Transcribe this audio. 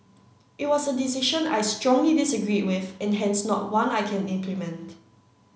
it was a decision I strongly disagreed with and hence not one I can implement